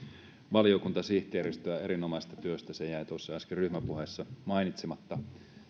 valiokuntasihteeristöä erinomaisesta työstä se jäi tuossa äsken ryhmäpuheessa mainitsematta